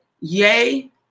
yay